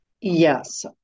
Yes